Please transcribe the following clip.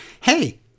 hey